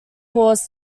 cause